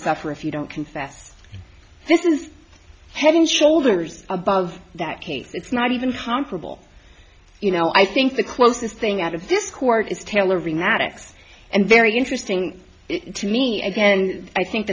suffer if you don't confess this is head and shoulders above that case it's not even comparable you know i think the closest thing out of this court is tailoring maddox and very interesting to me again and i think